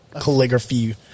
calligraphy